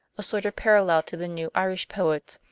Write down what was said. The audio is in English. a sort of parallel to the new irish poets,